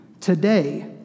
today